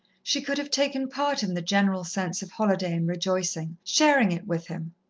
she could have taken part in the general sense of holiday and rejoicing, sharing it with him,